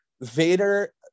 Vader